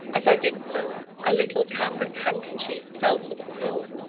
as i did so, a little cambric handkerchief fell to the floor,